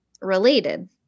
related